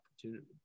opportunity